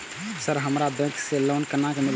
Sir हमरा bank से loan केना मिलते?